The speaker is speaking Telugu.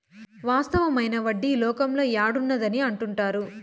వాస్తవమైన వడ్డీ లోకంలో యాడ్ ఉన్నది అని అంటుంటారు